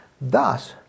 thus